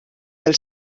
del